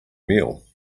meal